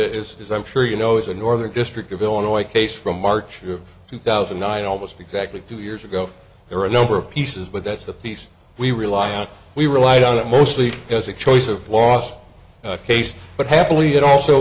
as i'm sure you know is a northern district of illinois case from march of two thousand and nine almost exactly two years ago there are a number of pieces but that's the piece we rely on we relied on it mostly as a choice of last case but happily it also